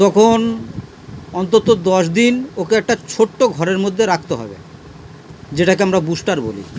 তখন অন্তত দশ দিন ওকে একটা ছোট্ট ঘরের মধ্যে রাখতে হবে যেটাকে আমরা বুস্টার বলি